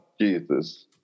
Jesus